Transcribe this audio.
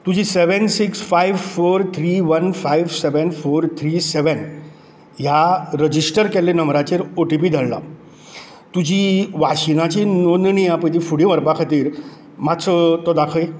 तुज्या seven six five four three one five seven four three seven ह्या register केल्ल्या नंबराचेर ओ टी पी धाडला तुजी वाशिंगाची नोंदणी आसा पळय ती फुडें व्हरपा खातीर मातसो तो दाखय